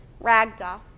Ragdoll